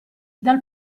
dal